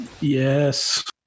Yes